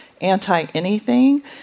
anti-anything